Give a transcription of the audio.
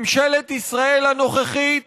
ממשלת ישראל הנוכחית